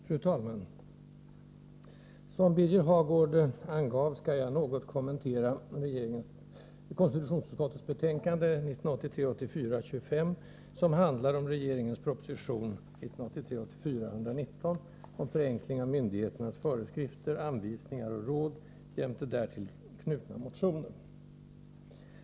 Fru talman! Som Birger Hagård angav skall jag något kommentera konstitutionsutskottets betänkande 25, som handlar om regeringens proposition 1983/84:119 om förenkling av myndigheternas föreskrifter, anvisningar och råd jämte därtill knutna motioner.